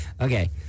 Okay